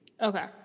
Okay